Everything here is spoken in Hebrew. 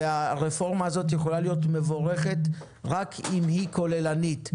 הרפורמה תהיה מבורכת רק אם היא תהיה כוללנית,